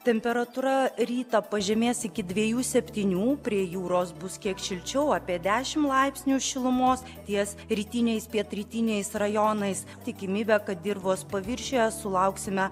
temperatūra rytą pažemės iki dviejų septynių prie jūros bus kiek šilčiau apie dešim laipsnių šilumos ties rytiniais pietrytiniais rajonais tikimybė kad dirvos paviršiuje sulauksime